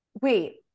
wait